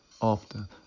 often